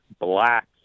blacks